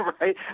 right